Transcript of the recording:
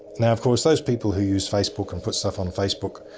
now of course, those people who use facebook, and put stuff on facebook